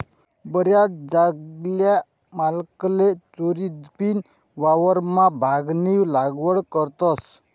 बराच जागल्या मालकले चोरीदपीन वावरमा भांगनी लागवड करतस